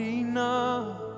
enough